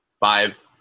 Five